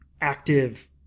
active